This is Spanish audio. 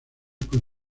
con